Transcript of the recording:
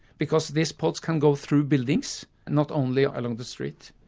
because these pods can go through buildings, not only along the street.